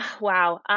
Wow